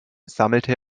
sammelte